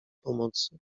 pomocy